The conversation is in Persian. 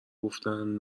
گفتن